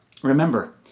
Remember